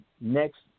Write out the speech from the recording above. next